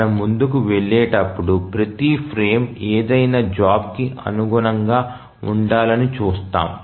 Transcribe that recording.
మనము ముందుకు వెళ్ళేటప్పుడు ప్రతి ఫ్రేమ్ ఏదైనా జాబ్ కి అనుగుణంగా ఉండాలని చూస్తాము